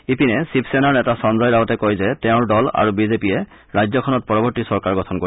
ইপিনে শিৱসেনাৰ নেতা সঞ্জয় ৰাৱতে কয় যে তেওঁৰ দল আৰু বিজেপিয়ে ৰাজ্যখনত পৰৱৰ্তী চৰকাৰ গঠন কৰিব